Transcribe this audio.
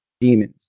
demons